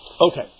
Okay